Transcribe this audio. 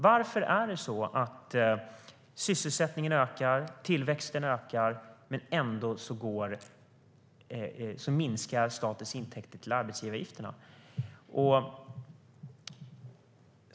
Varför är det så att sysselsättningen och tillväxten ökar men att statens intäkter från arbetsgivaravgifterna ändå minskar?